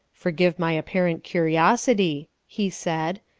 forgive my apparent curiosity, he said,